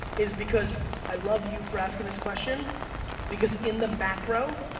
is because i love you for asking this question because in the macro,